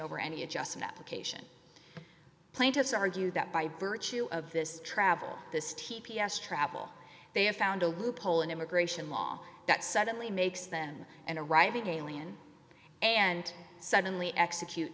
over any adjustment application plaintiffs argued that by virtue of this travel this t p s travel they have found a loophole in immigration law that suddenly makes them and arriving alien and suddenly execute